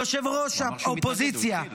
יושב-ראש האופוזיציה